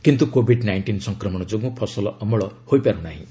କିନ୍ତୁ Covid nineteen ସଂକ୍ରମଣ ଯୋଗୁଁ ଫସଲ ଅମଳ ହୋଇପାରୁ ନାହିଁ